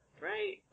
Right